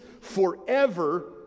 forever